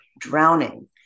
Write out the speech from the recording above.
drowning